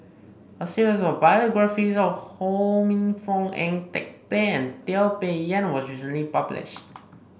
a series of biographies Ho Minfong Ang Teck Bee and Teo Bee Yen was recently published